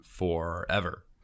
forever